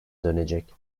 dönecek